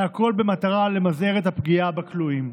והכול במטרה למזער את הפגיעה בכלואים.